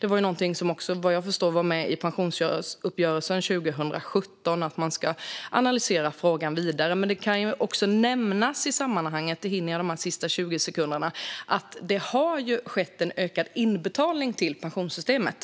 Vad jag förstår var detta med i pensionsuppgörelsen 2017. Man ska analysera frågan vidare. Men i sammanhanget kan jag också nämna att det har skett en ökad inbetalning till pensionssystemet.